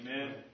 Amen